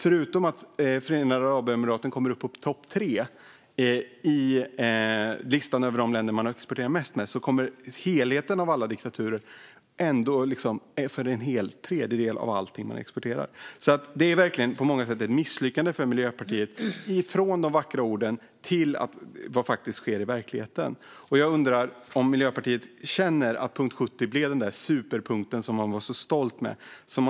Förutom att Förenade Arabemiraten kommer upp på topp 3 på listan över de länder som Sverige exporterar mest till kommer helheten av alla diktaturer ändå att stå för en tredjedel av allt man exporterar. Detta är verkligen på många sätt ett misslyckande för Miljöpartiet - från de vackra orden till vad som faktiskt sker i verkligheten. Jag undrar om Miljöpartiet känner att punkt 70 blev den superpunkt som man var så stolt över.